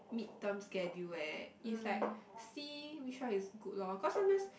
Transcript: mid terms schedule eh is like see which one is good lor cause sometimes